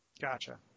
Gotcha